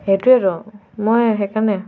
সেইটোৱেতো মই সেইকাৰণে